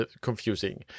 confusing